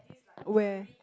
where